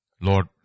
Lord